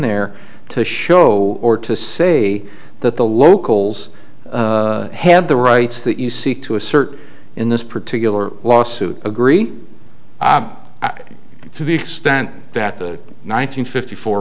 there to show or to say that the locals have the rights that you seek to assert in this particular lawsuit agree to the extent that the nine hundred fifty four